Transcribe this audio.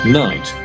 night